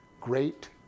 great